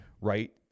Right